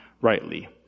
rightly